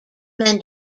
men